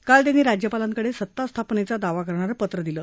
काल त्यांनी राज्यपालांकडे सत्तास्थापनेचा दावा करणारं पत्र दिलं